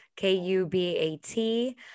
K-U-B-A-T